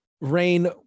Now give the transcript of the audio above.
rain